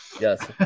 Yes